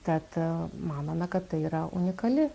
kad manome kad tai yra unikali